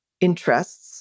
interests